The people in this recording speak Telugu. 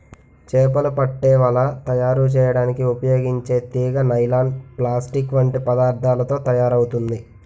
చేపలు పట్టే వల తయారు చేయడానికి ఉపయోగించే తీగ నైలాన్, ప్లాస్టిక్ వంటి పదార్థాలతో తయారవుతుంది